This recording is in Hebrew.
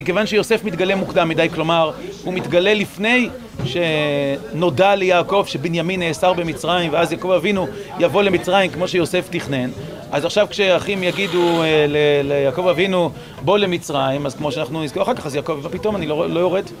כיוון שיוסף מתגלה מוקדם מדי, כלומר, הוא מתגלה לפני שנודע ליעקב שבנימין נאסר במצרים ואז יעקב אבינו יבוא למצרים כמו שיוסף תכנן אז עכשיו כשאחים יגידו ליעקב אבינו בוא למצרים אז כמו שאנחנו נזכור אחר כך, אז יעקב אומר: "מה פתאום אני לא יורד"